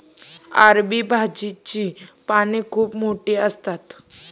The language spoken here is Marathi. अरबी भाजीची पाने खूप मोठी असतात